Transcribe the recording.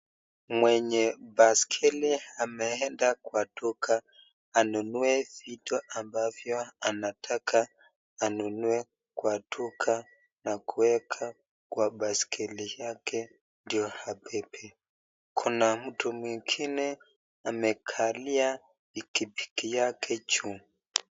Mwenye baiskeli ameenda kwa duka, anunue vitu ambavyo anataka anunue kwa duka na kuweka kwa baiskeli yake ndio abebe. Kuna mtu mwingine amekalia pikipiki yake juu.